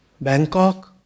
Bangkok